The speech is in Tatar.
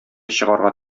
чыгарга